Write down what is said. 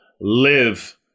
live